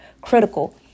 critical